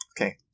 Okay